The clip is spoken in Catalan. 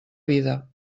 vida